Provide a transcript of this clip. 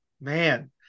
man